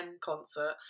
concert